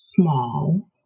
small